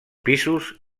pisos